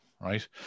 right